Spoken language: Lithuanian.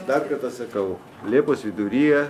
dar kartą sakau liepos viduryje